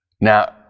Now